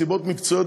מסיבות מקצועיות,